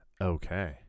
okay